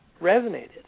resonated